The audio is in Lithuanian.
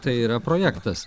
tai yra projektas